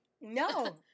No